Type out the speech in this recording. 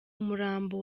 umurambo